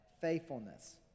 faithfulness